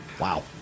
Wow